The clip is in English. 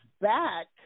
back